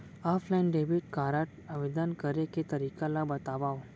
Offline debit card आवेदन करे के तरीका ल बतावव?